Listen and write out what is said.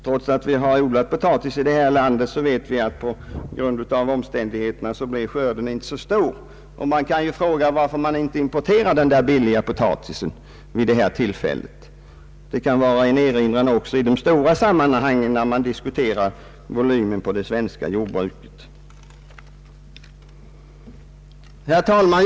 Fastän vi har odlat potatis här i landet, vet vi att skörden på grund av omständigheterna inte blev så stor, och då vill jag ställa frågan: Varför har man inte importerat den billiga potatis som talats så mycket om? Detta kan vara en erinran också i de stora sammanhangen, när volymen på det svenska jordbruket diskuteras. Herr talman!